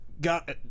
got